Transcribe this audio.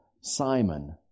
Simon